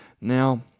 now